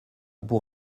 pour